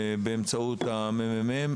באמצעות הממ"מ,